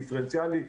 דיפרנציאלי.